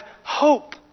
hope